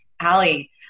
Allie